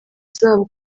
zabo